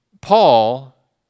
Paul